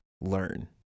learn